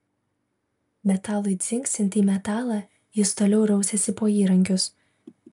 metalui dzingsint į metalą jis toliau rausėsi po įrankius